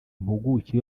impuguke